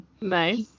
Nice